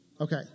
Okay